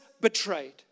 betrayed